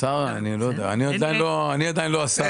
אני עדיין לא השר.